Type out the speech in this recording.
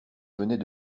venait